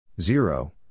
zero